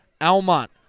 Almont